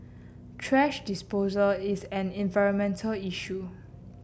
thrash disposal is an environmental issue